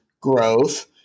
growth